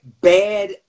bad